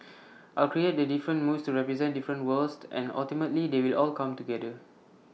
I'll create the different moods to represent different worlds and ultimately they will all come together